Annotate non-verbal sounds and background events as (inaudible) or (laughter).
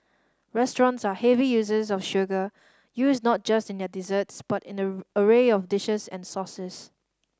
restaurants are heavy users of sugar used not just in their desserts but in an (unintelligible) array of dishes and sauces